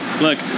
Look